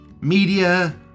media